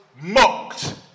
mocked